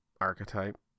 archetype